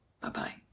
Bye-bye